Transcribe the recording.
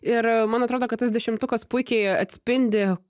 ir man atrodo kad tas dešimtukas puikiai atspindi